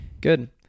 Good